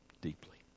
deeply